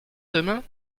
demain